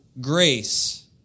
grace